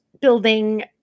building